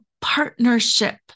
partnership